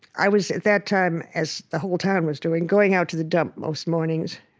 i was, at that time, as the whole town was doing, going out to the dump most mornings,